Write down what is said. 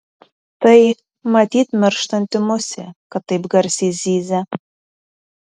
tai matyt mirštanti musė kad taip garsiai zyzia